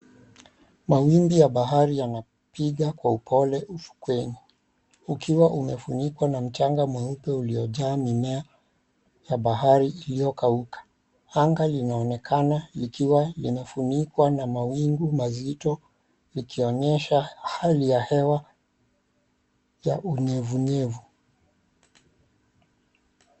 Mawimbi ya bahari yanapiga kwa upole ufukweni. Ukiwa umefunikwa na mchanga mweupe uliojaa mimea ya bahari iliyokauka. Anga linaonekana likiwa linafunikwa na mawingu mazito ikionyesha hali ya hewa ya unyevunyevu.